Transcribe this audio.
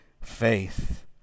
faith